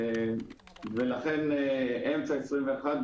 לכן עד אמצע 2021,